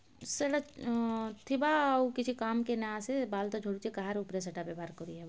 ସେଟା ଥିବା ଆଉ କିଛି କାମ କେ ନେ ଆସେ ବାଲ୍ ତ ଝଡ଼ୁଛେ କାହାର୍ ଉପ୍ରେ ସେଟା ବ୍ୟବହାର୍ କରିହେବା